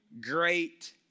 great